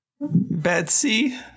Betsy